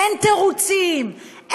אין תירוצים,